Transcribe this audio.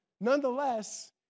nonetheless